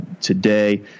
today